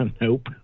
Nope